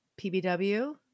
PBW